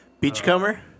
Beachcomber